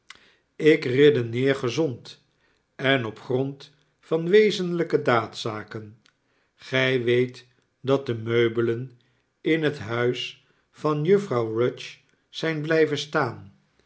ik redeneer gezond en op grond van wezenlijke daadzaken gij weet dat de meubelen m het huis van juffrouw rudge zijn blijven staan